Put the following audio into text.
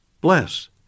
Bless